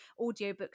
audiobooks